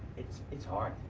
it's it's hard.